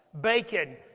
bacon